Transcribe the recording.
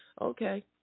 Okay